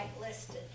listed